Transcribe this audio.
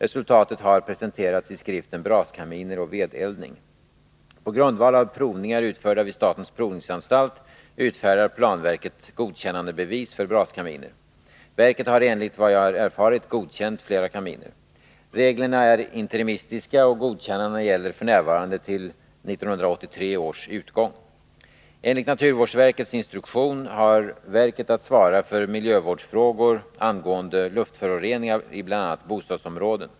Resultatet har presenterats i skriften Braskaminer och vedeldning. På grundval av provningar utförda vid statens provningsanstalt utfärdar planverket godkännandebevis för braskaminer. Verket har enligt vad jag erfarit godkänt flera kaminer. Reglerna är interimistiska och godkännandena gäller f.n. till 1983 års utgång. Enligt naturvårdsverkets instruktion har verket att svara för miljövårdsfrågor angående luftföroreningar i bl.a. bostadsområden.